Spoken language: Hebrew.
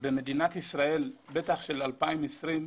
שבמדינת ישראל, בטח ישראל 2020,